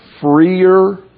freer